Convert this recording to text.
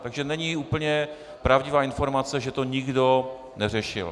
Takže není úplně pravdivá informace, že to nikdo neřešil.